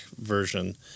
version